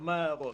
כמה הערות.